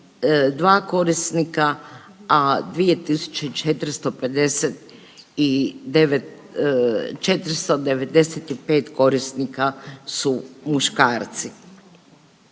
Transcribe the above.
4562 korisnika, a 2459, 495 korisnika su muškarci.